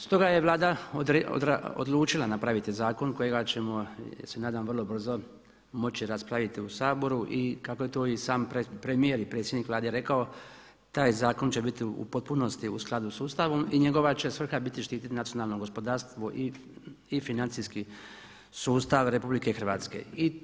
Stoga je Vlada odlučila napraviti zakon kojega ćemo ja se nadam vrlo brzo moći raspraviti u Saboru i kako je to i sam premijer i predsjednik Vlade rekao taj zakon će biti u potpunosti u skladu sa Ustavom i njegova će svrha biti štititi nacionalno gospodarstvo i financijski sustav Republike Hrvatske.